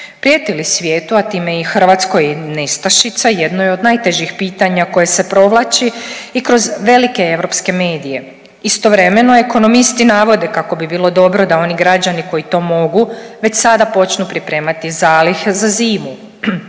Prijeti li svijetu, a time i Hrvatskoj, nestašica jedno je od najtežih pitanja koje se provlači i kroz velike europske medije. Istovremeno, ekonomisti navode kako bi bilo dobro da oni građani koji to mogu već sada počnu pripremati zalihe za zimu.